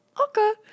okay